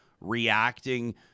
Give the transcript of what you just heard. reacting